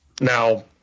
Now